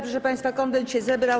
Proszę państwa, Konwent się zebrał.